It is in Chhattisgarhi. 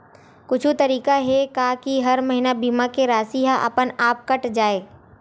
कुछु तरीका हे का कि हर महीना बीमा के राशि हा अपन आप कत जाय?